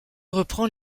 reprend